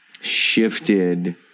shifted